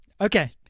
Okay